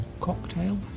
cocktail